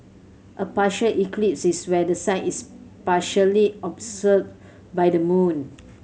a partial eclipse is where the sun is partially by the moon